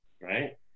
right